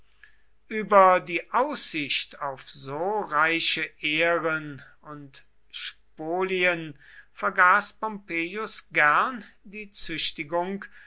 über die aussicht auf so reiche ehren und spolien vergaß pompeius gern die züchtigung